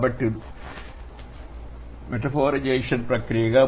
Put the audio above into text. కాబట్టి రూపీకరణ ఒక ప్రక్రియగా